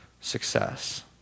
success